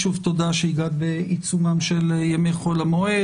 שוב תודה שהגעת בעיצומם של ימי חול המועד,